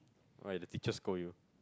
oh right the teacher scold you